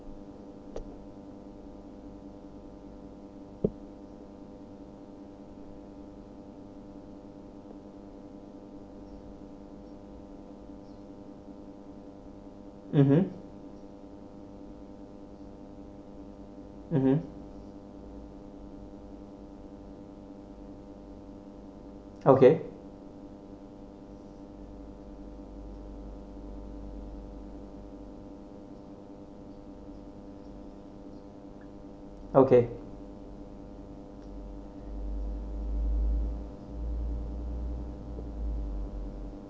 mmhmm okay okay